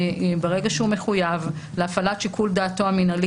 ברגע שהוא מחויב להפעלת שיקול דעתו המינהלי